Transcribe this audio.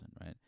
right